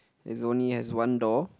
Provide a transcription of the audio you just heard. is only has one door